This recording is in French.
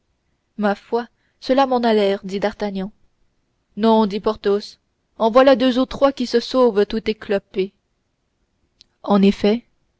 ma foi cela m'en a l'air dit d'artagnan non dit porthos en voilà deux ou trois qui se sauvent tout éclopés en effet